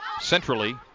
Centrally